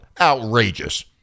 Outrageous